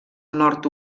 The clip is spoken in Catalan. nord